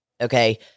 Okay